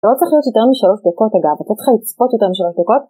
לא צריך להיות יותר משלוש דקות אגב, את אותך לא צריכה לצפות יותר משלוש דקות.